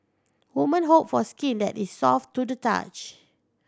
women hope for skin that is soft to the touch